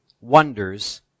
wonders